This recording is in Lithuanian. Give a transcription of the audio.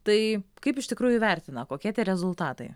tai kaip iš tikrųjų vertina kokie tie rezultatai